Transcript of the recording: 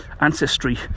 Ancestry